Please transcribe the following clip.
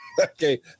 okay